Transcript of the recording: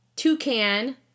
Toucan